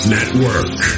Network